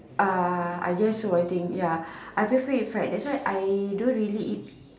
uh I just avoiding ya I prefer it fried that's why I don't really eat